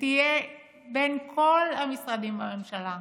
שתהיה של כל המשרדים בממשלה.